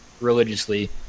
religiously